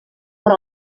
però